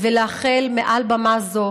ולאחל מעל במה זו